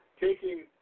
taking